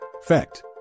Fact